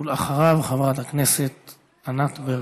ואחריו, חברת הכנסת ענת ברקו.